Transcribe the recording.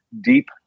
deep